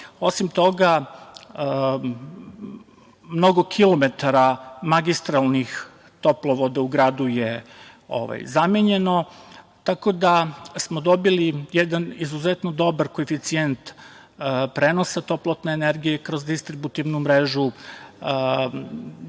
Osim toga mnogo kilometara magistralnih toplovoda u gradu je zamenjeno, tako da smo dobili jedan izuzetno dobar koeficijent prenosa toplotne energije kroz distributivnu